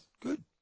good